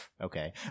Okay